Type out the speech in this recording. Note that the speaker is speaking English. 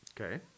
Okay